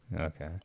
Okay